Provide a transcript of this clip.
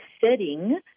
setting